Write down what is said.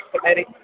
Committee